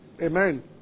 Amen